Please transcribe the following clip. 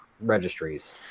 registries